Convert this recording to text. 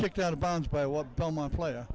kicked out of bounds by what belmont player